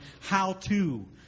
how-to